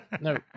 no